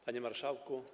Panie Marszałku!